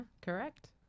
correct